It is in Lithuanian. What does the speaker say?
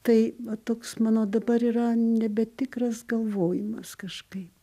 tai va toks mano dabar yra nebetikras galvojimas kažkaip